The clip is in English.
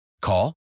Call